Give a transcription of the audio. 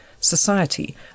society